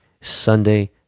Sunday